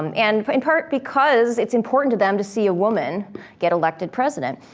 um and but in part because it's important to them to see a woman get elected president.